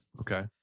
Okay